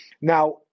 Now